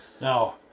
Now